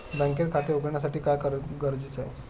बँकेत खाते उघडण्यासाठी काय गरजेचे आहे?